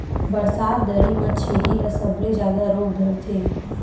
बरसात दरी म छेरी ल सबले जादा रोग धरथे